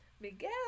Miguel